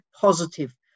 positive